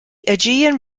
aegean